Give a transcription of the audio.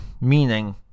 Meaning